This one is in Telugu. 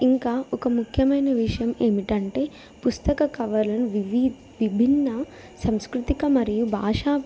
ఇంకా ఒక ముఖ్యమైన విషయం ఏమిటంటే పుస్తక కవర్లను వివి విభిన్న సంస్కృతిక మరియు భాషా